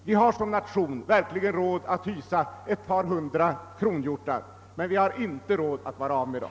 Vi har som nation verkligen råd att hysa ett par hundra kronhjortar, men vi har inte råd att vara av med dem.